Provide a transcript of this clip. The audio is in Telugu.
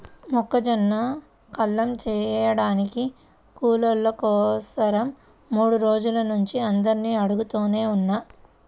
మొక్కజొన్న కల్లం చేయడానికి కూలోళ్ళ కోసరం మూడు రోజుల నుంచి అందరినీ అడుగుతనే ఉన్నా